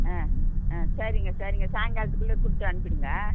ஆ ஆ சரிங்க சரிங்க சாய்ங்காலத்துக்குள்ளே கொடுத்து அனுப்பிவிடுங்க